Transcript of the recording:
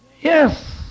Yes